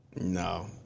No